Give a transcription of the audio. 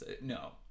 no